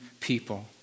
people